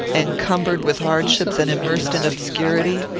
encumbered with hardships and immersed in obscurity?